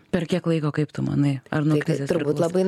per kiek laiko kaip tu manai ar nuo krizės priklauso